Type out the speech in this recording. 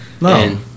No